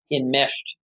enmeshed